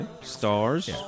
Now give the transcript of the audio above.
Stars